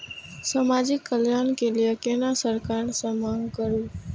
समाजिक कल्याण के लीऐ केना सरकार से मांग करु?